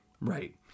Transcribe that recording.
Right